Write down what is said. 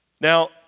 Now